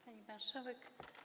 Pani Marszałek!